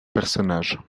personnages